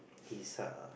he is err